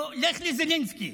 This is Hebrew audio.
לזלנסקי.